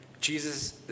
Jesus